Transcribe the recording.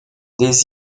des